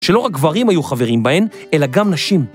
‫שלא רק גברים היו חברים בהן, ‫אלא גם נשים.